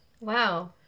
Wow